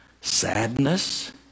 sadness